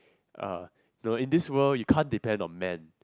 uh you know in this world you can't depend on man